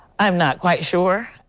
i'm not quite sure.